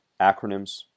acronyms